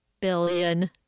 billion